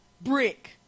Brick